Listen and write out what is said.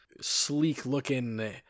sleek-looking